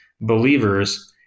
believers